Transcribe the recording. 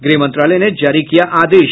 गृह मंत्रालय ने जारी किया आदेश